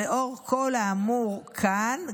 לאור כל האמור כאן,